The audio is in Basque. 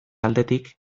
aldetik